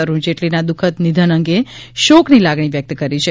અરૂણ જેટલીના દુઃખદ નિધન અંગે શોકની લાગણી વ્યક્ત કરી છે